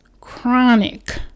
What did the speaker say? chronic